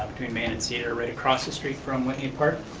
between main and cedar right across the street from whitney park.